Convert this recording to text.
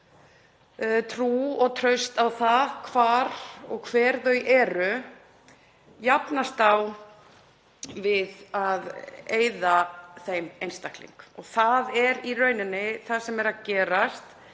trú og traust á það hvar og hver þau eru jafnast á við að eyða þeim einstaklingi. Það er í rauninni það sem er að gerast.